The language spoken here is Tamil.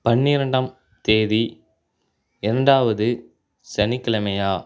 பன்னிரெண்டாம் தேதி இரண்டாவது சனிக்கிழமையா